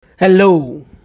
Hello